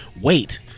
wait